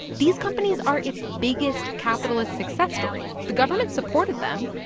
these companies are its biggest capitalist success stories. the government supported them,